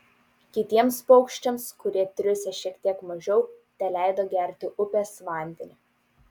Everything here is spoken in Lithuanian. kitiems paukščiams kurie triūsę šiek tiek mažiau teleido gerti upės vandenį